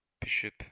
bishop